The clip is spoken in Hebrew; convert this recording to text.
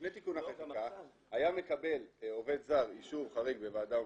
לפני תיקון החקיקה היה מקבל עובד זר אישור חריג בוועדה הומניטרית,